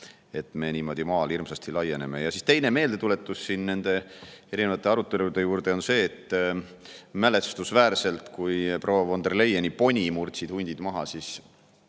et me maal hirmsasti laieneme. Ja teine meeldetuletus nende erinevate arutelude juurde on see, et mälestusväärselt siis, kui proua von der Leyeni poni murdsid hundid maha, tema